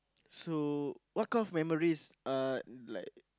so what kind of memories uh like